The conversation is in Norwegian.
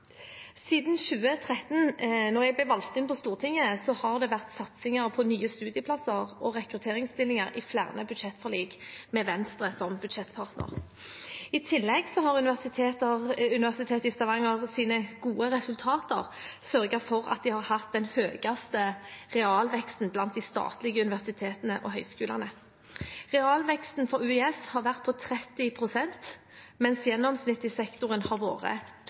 Siden 2013, da jeg ble valgt inn på Stortinget, har det vært satsinger på nye studieplasser og rekrutteringsstillinger i flere budsjettforlik med Venstre som budsjettpartner. I tillegg har Universitetet i Stavangers gode resultater sørget for at de har hatt den høyeste realveksten blant de statlige universitetene og høyskolene. Realveksten for UiS har vært på 30 pst., mens gjennomsnittet i sektoren har vært